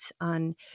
on